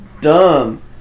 dumb